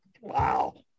wow